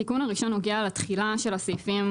התיקון הראשון נוגע לתחילה של הסעיפים